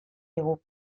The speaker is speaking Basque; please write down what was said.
digu